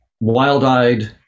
wild-eyed